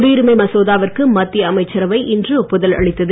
குடியுரிமை மசோதாவிற்கு மத்திய அமைச்சரவை இன்று ஒப்புதல் கொண்டு அளித்தது